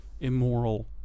immoral